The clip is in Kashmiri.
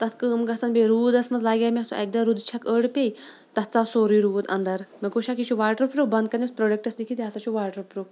تَتھ کٲم گژھان بیٚیہِ روٗدَس منٛز لاگے مےٚ سُہ اَکہِ دۄہ روٚدٕ چھَکھ أڑۍ پے تَتھ ژاو سورُے روٗد اَندَر مےٚ گوٚو شَک یہِ چھُ واٹَر پرٛوٗپھ بۄنہٕ کنٮ۪تھ پرٛوڈَکٹَس لیٚکھِتھ یہِ ہَسا چھُ واٹَر پرٛوٗپھ